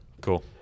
Cool